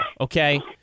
okay